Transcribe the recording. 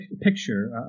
picture